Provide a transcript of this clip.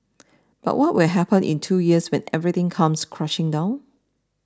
but what will happen in two years when everything comes crashing down